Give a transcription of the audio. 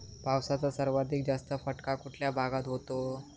पावसाचा सर्वाधिक जास्त फटका कुठल्या भागात होतो?